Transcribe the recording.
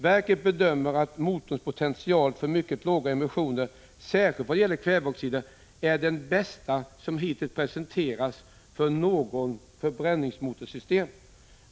Verket bedömer att motorns potential för mycket låga emissioner, särskilt vad gäller kväveoxider är den bästa som hittills presenterats för något förbränningsmotorsystem.